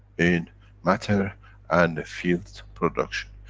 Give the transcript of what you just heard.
in matter and the field production.